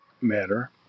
matter